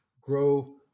grow